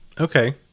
Okay